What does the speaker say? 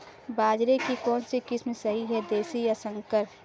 बाजरे की कौनसी किस्म सही हैं देशी या संकर?